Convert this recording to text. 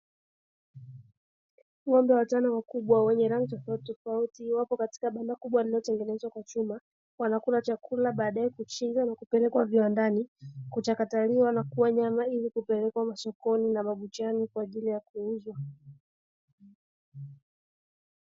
Ng'ombe watano wakubwa wenye rangi tofautitofauti wapo katika banda kubwa lililotengenezwa kwa chuma wanakula chakula baadae kuchinjwa na kupelekwa viwandani kuchakataliwa na kuwa nyama ili kupelekwa masokoni na mabuchani kwa ajili ya kuuzwa.